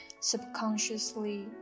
subconsciously